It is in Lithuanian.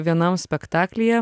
vienam spektaklyje